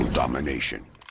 domination